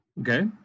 Okay